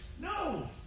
No